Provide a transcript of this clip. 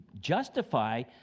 justify